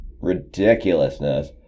ridiculousness